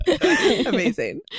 Amazing